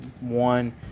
one